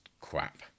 crap